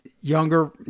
younger